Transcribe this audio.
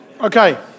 Okay